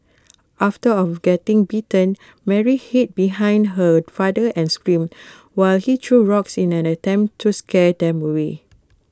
after of getting bitten Mary hid behind her father and screamed while he threw rocks in an attempt to scare them away